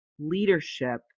leadership